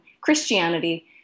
Christianity